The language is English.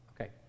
Okay